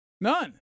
None